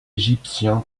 égyptien